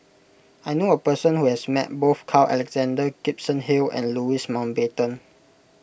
I knew a person who has met both Carl Alexander Gibson Hill and Louis Mountbatten